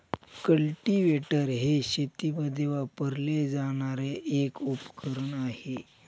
cultivator हे शेतीमध्ये वापरले जाणारे एक उपकरण आहे